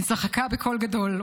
היא צחקה בקול גדול,